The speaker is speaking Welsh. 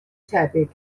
tebyg